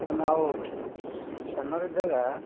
ನಾವು ಸಣ್ಣವ್ರು ಇದ್ದಾಗ